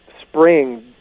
spring